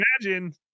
Imagine